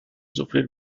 sufrir